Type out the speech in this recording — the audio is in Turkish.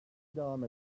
devam